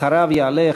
אחריו יעלה,